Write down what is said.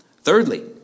Thirdly